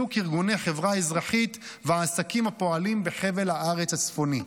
וחיזוק ארגוני חברה אזרחית ועסקים הפועלים בחבל הארץ הצפוני.